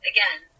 Again